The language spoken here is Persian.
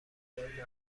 متعارفیه